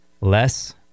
less